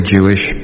Jewish